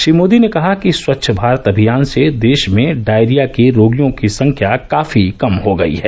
श्री मोदी ने कहा कि स्वच्छ भारत अभियान से देश में डायरिया के रोगियों की संख्या काफी कम हो गयी है